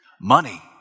money